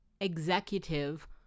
Executive